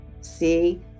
See